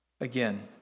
again